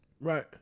Right